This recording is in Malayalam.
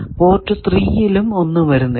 പോർട്ട് 3 ലും ഒന്നും വരുന്നില്ല